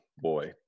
boy